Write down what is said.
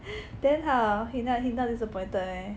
then how he not he not dissapointed meh